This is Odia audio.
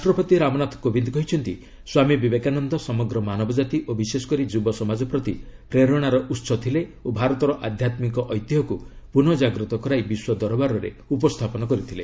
ରାଷ୍ଟ୍ରପତି ରାମନାଥ କୋବିନ୍ଦ କହିଛନ୍ତି ସ୍ୱାମୀ ବିବେକାନନ୍ଦ ସମଗ୍ରମାନବଜାତି ଓ ବିଶେଷକରି ଯୁବ ସମାଜ ପ୍ରତି ପ୍ରେରଣାର ଉହ ଥିଲେ ଓ ଭାରତର ଆଧ୍ୟାମ୍ିକ ଐତିହ୍ୟକୁ ପୁନଃ ଜାଗ୍ରତ କରାଇ ବିଶ୍ୱ ଦରବାରରେ ଉପସ୍ଥାପନ କରିଥିଲେ